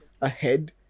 ahead